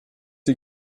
die